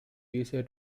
easier